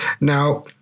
Now